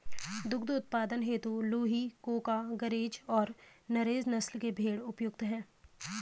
दुग्ध उत्पादन हेतु लूही, कूका, गरेज और नुरेज नस्ल के भेंड़ उपयुक्त है